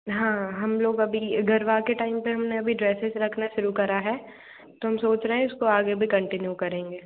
हाँ हम लोग अभी गरबा के टैम पर हम ने अभी ड्रैसेज़ रखना शुरू करा है तो हम सोच रहें इसको आगे भी कन्टीन्यू करेंगे